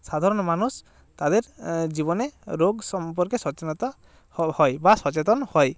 সাধারণ মানুষ তাদের জীবনে রোগ সম্পর্কে সচেতনতা হয় বা সচেতন হয়